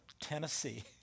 Tennessee